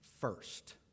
first